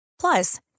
Plus